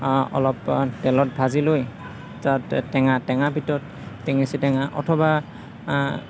অলপ তেলত ভাজি লৈ তাতে টেঙা টেঙা ভিতৰত টেঙেচি টেঙা অথবা